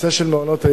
הנושא של מעונות-היום